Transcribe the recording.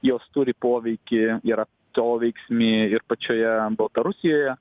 jos turi poveikį ir atoveiksmį ir pačioje baltarusijoje